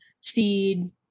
Seed